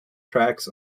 tracks